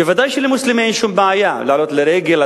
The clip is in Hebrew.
ודאי שלמוסלמי אין שום בעיה לעלות לרגל,